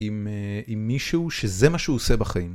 עם מישהו שזה מה שהוא עושה בחיים.